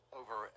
over